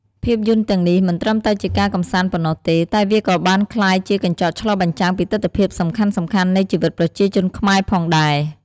ភាពយន្តទាំងនេះមិនត្រឹមតែជាការកម្សាន្តប៉ុណ្ណោះទេ តែវាក៏បានក្លាយជាកញ្ចក់ឆ្លុះបញ្ចាំងពីទិដ្ឋភាពសំខាន់ៗនៃជីវិតប្រជាជនខ្មែរផងដែរ។